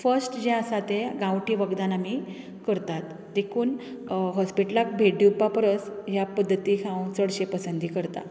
first जें आसा ते गांवठी वखदांन आमी करतात देखून हॉस्पीटलांत भेट दिवपा परस ह्या पद्दतीक हांव चडशीं पसंती करता